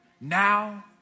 now